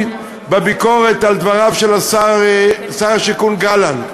בביקורת על דבריו של שר הבינוי והשיכון גלנט.